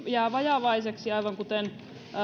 jää vajavaiseksi aivan kuten